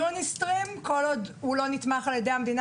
כל עוד יוניסטרים לא נתמך על-ידי המדינה